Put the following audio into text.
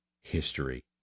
history